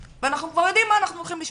ואנחנו כבר יודעים מה אנחנו הולכים לשמוע,